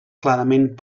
clarament